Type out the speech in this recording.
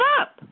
up